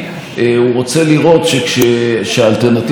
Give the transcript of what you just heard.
הוא רוצה לראות שהאלטרנטיבה שיש לו היא